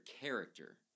character